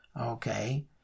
okay